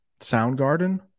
Soundgarden